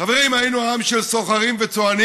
חברים, היינו עם של סוחרים וצוענים,